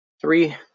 Three